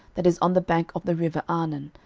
that is on the bank of the river arnon,